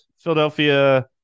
Philadelphia